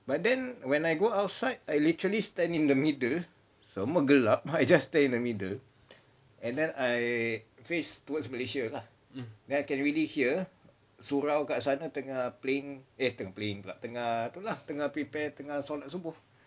but then when I go outside I literally stand in the middle semua gelap I just stand in the middle and then I faced towards malaysia lah then I can really hear surau kat sana tengah playing eh tengah playing pula eh tengah tu lah tengah prepare tengah solat subuh